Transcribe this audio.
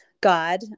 God